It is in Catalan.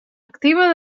activa